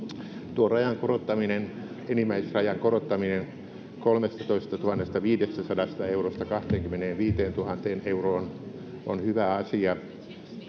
tuon rajan korottaminen enimmäisrajan korottaminen kolmestatoistatuhannestaviidestäsadasta eurosta kahteenkymmeneenviiteentuhanteen euroon on hyvä asia